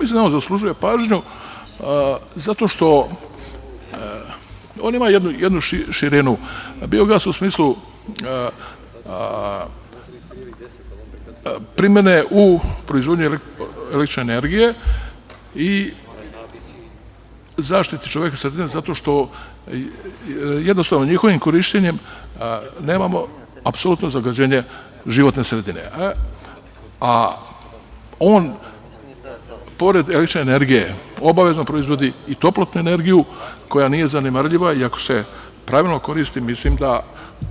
Mislim da on zaslužuje pažnju zato što on ima jednu širinu, biogas u smislu primene u proizvodnji električne energije i zaštiti čovekove sredine, zato što jednostavno njihovim korišćenjem nemamo apsolutno zagađenje životne sredine, a on pored električne energije obavezno proizvodi i toplotnu energiju koja nije zanemarljiva i ako se pravilno koristi mislim da